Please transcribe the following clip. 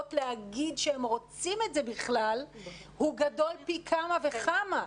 להגיד שהם רוצים את זה בכלל הוא גדול פי כמה וכמה.